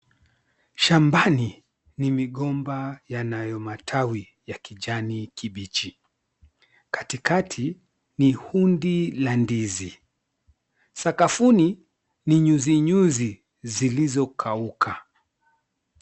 Shambani ni migomba yanayo matawi ya kijani kibichi. Katikati ni hundi la ndizi. Sakafuni ni nyuzinyuzi zilizokauka.